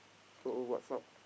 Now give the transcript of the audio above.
so what's up